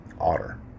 otter